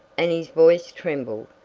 and his voice trembled.